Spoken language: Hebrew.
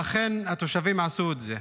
ואכן התושבים עשו את זה,